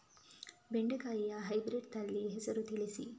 ಬೆಂಡೆಕಾಯಿಯ ಹೈಬ್ರಿಡ್ ತಳಿ ಹೆಸರು ತಿಳಿಸಿ?